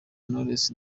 knowless